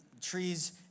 trees